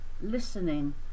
listening